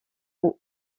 aux